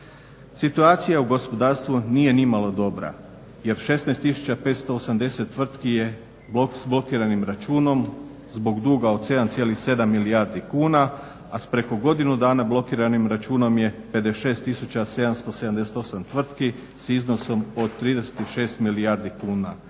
Situacija u gospodarstvu nije nimalo dobra jer 16580 tvrtki je s blokiranim računom zbog duga od 7,7 milijardi kuna, a s preko godinu dana blokiranim računom je 56778 tvrtki s iznosom od 36 milijardi kuna.